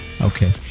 okay